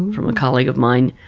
from a colleague of mine,